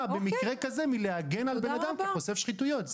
במקרה כזה מלהגן על אדם כחושף שחיתויות.